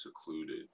secluded